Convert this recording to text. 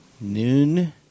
Noon